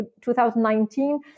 2019